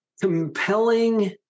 compelling